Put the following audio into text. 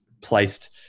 placed